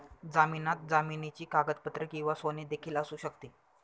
जामिनात जमिनीची कागदपत्रे किंवा सोने देखील असू शकते